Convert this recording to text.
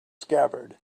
scabbard